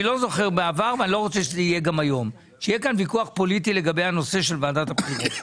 אני לא רוצה שיהיה כאן ויכוח פוליטי לגבי הנושא של ועדת הבחירות.